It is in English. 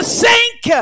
sink